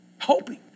Hoping